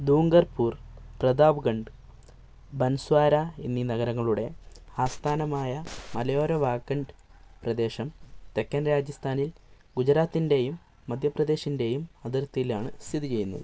ദുംഗർപൂർ പ്രതാപ്ഗഡ് ബൻസ്വാര എന്നീ നഗരങ്ങളുടെ ആസ്ഥാനമായ മലയോര വാഗഡ് പ്രദേശം തെക്കൻ രാജസ്ഥാനിൽ ഗുജറാത്തിൻ്റെയും മധ്യപ്രദേശിൻ്റെയും അതിർത്തിയിലാണ് സ്ഥിതിചെയ്യുന്നത്